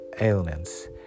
ailments